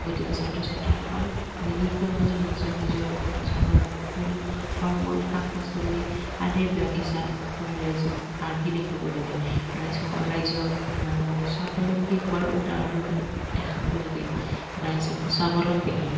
গতিকে ছাত্ৰ ছাত্ৰীসকল মিলিত হৈ নিজৰ নিজৰ অঞ্চলত ফুল ফল মূল শাক পাচলি আদিৰ বাগিচা কৰি ৰাইজক আৰ্হি দেখুৱাব লাগে ৰাইজসকল ৰাইজক স্বাৱলম্বী হোৱাৰ উদাহৰণ দেখাব লাগে ৰাইজ যাতে স্বাৱলম্বী হয়